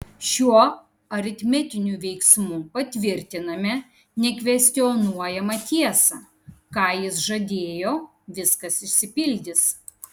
šiuo aritmetiniu veiksmu patvirtiname nekvestionuojamą tiesą ką jis žadėjo viskas išsipildys